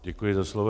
Děkuji za slovo.